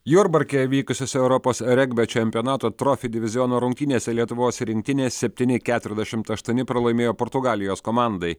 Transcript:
jurbarke vykusiose europos regbio čempionato trofi diviziono rungtynėse lietuvos rinktinė septyni keturiasdešimt aštuoni pralaimėjo portugalijos komandai